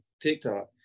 TikTok